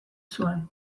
zuen